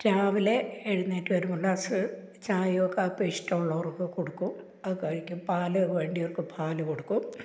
രാവിലെ എഴുന്നേറ്റ് വരുമ്പോൾ ഒരു ഗ്ലാസ് ചായയോ കാപ്പിയോ ഇഷ്ടമുള്ളവർക്കു കൊടുക്കും അതു കഴിക്കും പാല് വേണ്ടിയവര്ക്ക് പാല് കൊടുക്കും